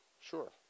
sure